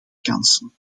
kansen